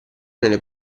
nelle